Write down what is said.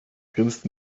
grinst